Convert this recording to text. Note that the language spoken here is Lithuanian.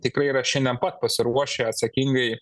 tikrai yra šiandien pat pasiruošę atsakingai